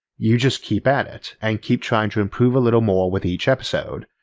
you just keep at it, and keep trying to improve a little more with each episode,